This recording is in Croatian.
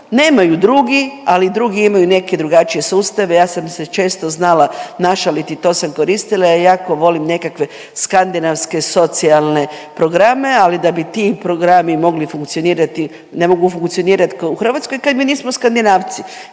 nemaju drugi, ali drugi imaju neke drugačije sustave, ja sam se često znala našaliti, to sam koristila jer jako volim nekakve skandinavske socijalne programe, ali da bi ti programi mogli funkcionirati, ne mogu funkcionirati kao u Hrvatskoj kad mi nismo Skandinavci,